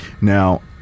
Now